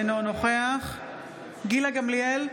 אינו נוכח גילה גמליאל,